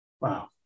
Wow